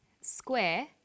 square